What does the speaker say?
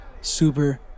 Super